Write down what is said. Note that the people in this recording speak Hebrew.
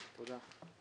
תודה.